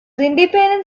independent